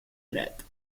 dret